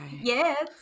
yes